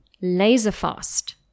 laser-fast